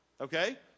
Okay